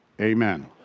Amen